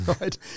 right